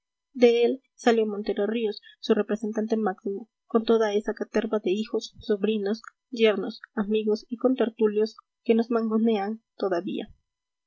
de él salió montero ríos su representante máximo con toda esa caterva de hijos sobrinos yernos amigos y contertulios que nos mangonean todavía